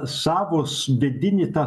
savos vidinį tą